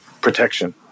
protection